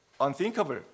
unthinkable